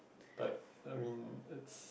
but I mean it's